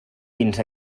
dins